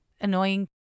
annoying